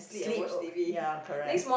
sleep oh ya correct